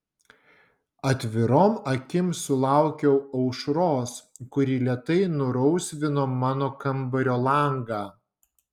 atvirom akim sulaukiau aušros kuri lėtai nurausvino mano kambario langą